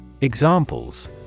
Examples